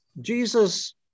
Jesus